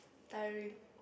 tiring